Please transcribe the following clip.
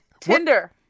Tinder